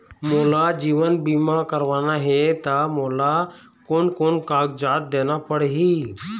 मोला जीवन बीमा करवाना हे ता मोला कोन कोन कागजात देना पड़ही?